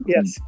Yes